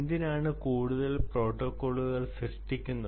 എന്തിനാണ് കൂടുതൽ പ്രോട്ടോക്കോളുകൾ സൃഷ്ടിക്കുന്നത്